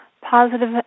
positive